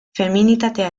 feminitatea